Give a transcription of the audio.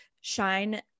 shine